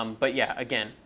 um but, yeah, again,